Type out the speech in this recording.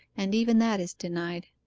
and even that is denied.